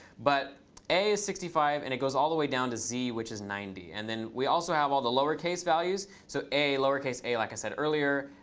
but a is sixty five, and it goes all the way down to z, which is ninety. and then we also have all the lowercase values. so a, lowercase a, like i said earlier,